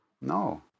No